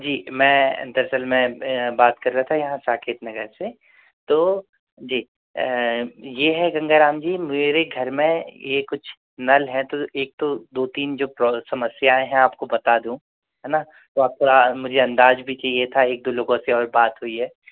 जी मैं दरअसल मैं बात कर रहा था यहाँ साकेत नगर से तो जी यह है गंगा राम जी मेरे घर में यह कुछ नल हैं तो एक तो दो तीन जो समस्याएँ है आपको बता दूँ है ना तो आपका मुझे अंदाज़ा भी चाहिए था एक दो लोगों से और बात हुई है